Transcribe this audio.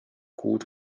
kuud